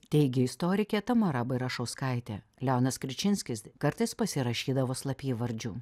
teigė istorikė tamara bairašauskaitė leonas kričinskis kartais pasirašydavo slapyvardžiu